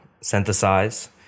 synthesize